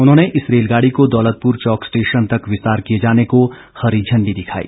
उन्होंने इस रेलगाड़ी को दौलतपुर चौक स्टेशन तक विस्तार किए जाने को हरी झण्डी दिखाई